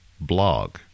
blog